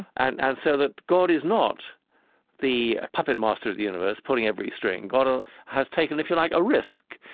and and so that god is not the puppet master of the universe, pulling every string. god ah has taken, if you like, a risk.